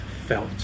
felt